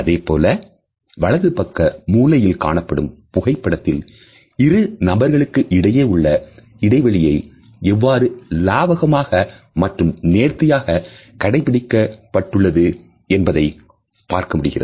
அதேபோல வலது பக்க மூலையில் காணப்படும் புகைப்படத்தில் இரு நபர்களுக்கு இடையே உள்ள இடைவெளியை எவ்வாறு இலாவகமாக மற்றும் நேர்த்தியாக கடை பிடிக்கப்பட்டு உள்ளது என்பதை பார்க்கமுடிகிறது